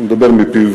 אני מדבר מפיו,